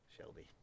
Shelby